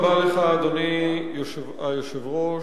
אדוני היושב-ראש,